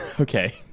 Okay